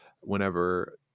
Whenever